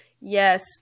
yes